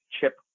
chip